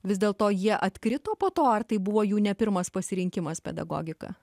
vis dėlto jie atkrito po to ar tai buvo jų ne pirmas pasirinkimas pedagogika